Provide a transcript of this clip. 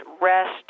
rest